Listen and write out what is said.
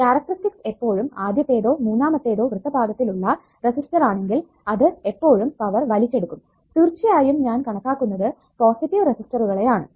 characteristics എപ്പോഴും ആദ്യത്തെതോ മൂന്നാമത്തേതോ വൃത്തപാദത്തിൽ ഉള്ള റെസിസ്റ്റർ ആണെങ്കിൽ അത് എപ്പോഴും പവർ വലിച്ചെടുക്കും തീർച്ചയായും ഞാൻ കണക്കാക്കുന്നത് പോസിറ്റീവ് റെസിസ്റ്ററുകളെ ആണ്